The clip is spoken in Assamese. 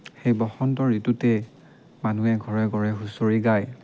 সেই বসন্ত ঋতুতে মানুহে ঘৰে ঘৰে হুঁচৰি গায়